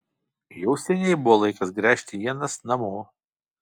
jau seniai buvo laikas gręžti ienas namo